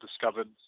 discovered